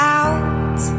out